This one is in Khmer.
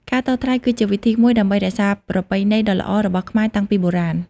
ការតថ្លៃគឺជាវិធីមួយដើម្បីរក្សាប្រពៃណីដ៏ល្អរបស់ខ្មែរតាំងពីបុរាណ។